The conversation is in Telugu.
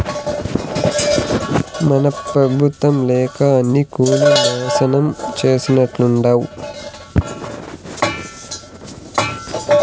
మన పెబుత్వం లెక్క అన్నీ కూల్సి నాశనం చేసేట్టుండావ్